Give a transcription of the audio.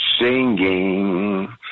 singing